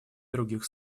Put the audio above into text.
других